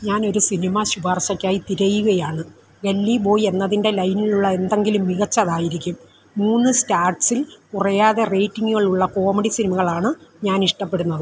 ഞാൻ ഒരു സിനിമ ശുപാർശയ്ക്കായി തിരയുകയാണ് ഗല്ലി ബോയ് എന്നതിൻ്റെ ലൈനിലുള്ള എന്തെങ്കിലും മികച്ചതായിരിക്കും മൂന്ന് സ്റ്റാർസിൽ കുറയാതെ റേറ്റിംഗുകളുള്ള കോമഡി സിനിമകളാണ് ഞാൻ ഇഷ്ടപ്പെടുന്നത്